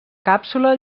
càpsula